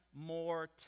more